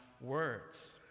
words